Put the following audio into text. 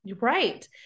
Right